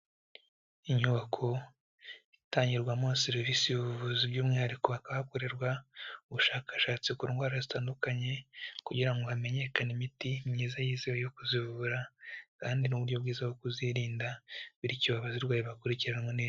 Inyubako itangirwamo serivisi y'ubuvuzi, by'umwihariko hakaba hakorerwa ubushakashatsi ku ndwara zitandukanye, kugira ngo hamenyekane imiti myiza yizewe yo kuzivura, kandi n'uburyo bwiza bwo kuzirinda, bityo abazirwayi bakurikiranwe neza.